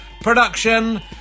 production